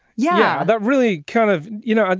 yeah that really kind of you know,